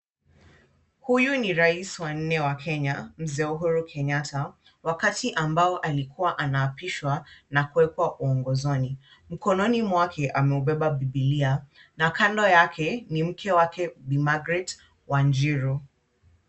Huyu ni rais wa nne wa Kenya mzee Uhuru Kenyatta, wakati ambao alikuwa anaapishwa na kuwekwa uongozini. Mkononi mwake ameubeba Bibilia na kando yake ni mke wake Bi Margaret Wanjiru.